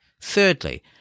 Thirdly